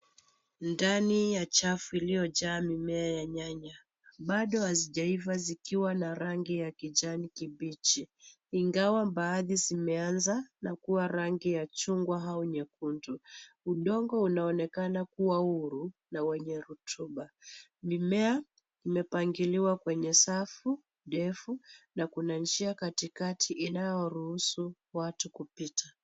Ndani ya chafu iliyojaa mimea ya nyanya, baado hazijaiva zikiwa na rangi ya kijani kibichi. Ingawa baadhi zimeanza na kuwa rangi ya chungwa au nyekundu. Udongo unaonekana kuwa huru na wenye rotuba. Mimea imepangiliwa kwenye safu ndefu na kuna njia katikati inayoruhusu watu kupita.